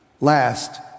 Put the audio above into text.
Last